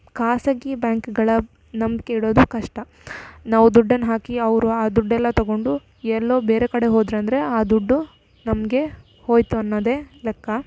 ಖಾಸಗಿ ಬ್ಯಾಂಕ್ಗಳ ನಂಬಿಕೆ ಇಡುವುದು ಕಷ್ಟ ನಾವು ದುಡ್ಡನ್ನ ಹಾಕಿ ಆ ದುಡ್ಡೆಲ್ಲ ತಗೊಂಡು ಎಲ್ಲೋ ಬೇರೆ ಕಡೆ ಹೋದರಂದ್ರೆ ಆ ದುಡ್ಡು ನಮಗೆ ಹೋಯಿತು ಅನ್ನೋದೇ ಲೆಕ್ಕ